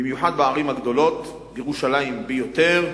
במיוחד בערים הגדולות, בירושלים ביותר,